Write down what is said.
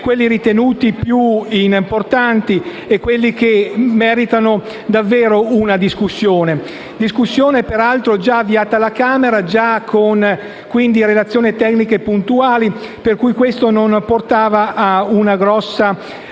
quelli ritenuti più importanti e che meritano davvero una discussione. Discussione, peraltro, già avviata alla Camera, con relazioni tecniche puntuali, per cui un esame approfondito